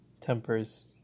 tempers